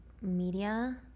media